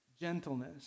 gentleness